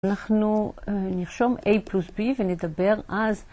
אנחנו נרשום A פלוס B ונדבר אז.